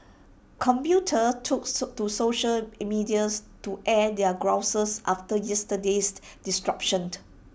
commuters took to to social in medias to air their grouses after yesterday's disruption